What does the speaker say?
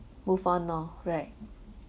move on loh right